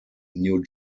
new